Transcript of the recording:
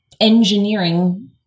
engineering